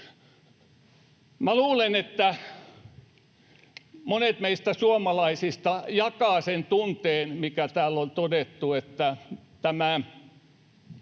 luulen, että monet meistä suomalaisista jakavat sen tunteen, mikä täällä on todettu, että tämä